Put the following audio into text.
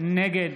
נגד